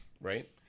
Right